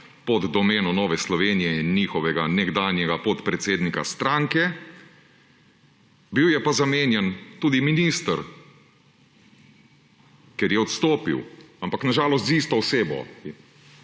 pod domeno Nove Slovenije in njihovega nekdanjega podpredsednika stranke. Bil je pa zamenjan tudi minister, ker je odstopil; ampak na žalost z isto osebo.